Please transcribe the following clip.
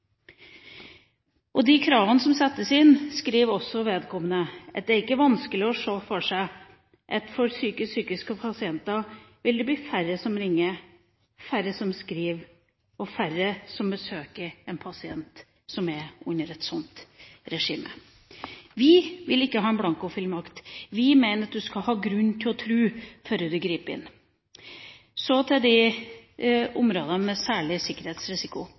Om de kravene som settes inn, skriver vedkommende: «Det er ikkje vanskeleg å sjå føre seg at færre vil ringja, skriva til og vitja pasienten under eit slikt regime.» Vi vil ikke ha en blankofullmakt, vi mener at man skal ha grunn til å tro før man griper inn. Så til de områdene som gjelder særlig sikkerhetsrisiko.